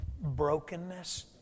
Brokenness